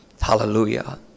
Hallelujah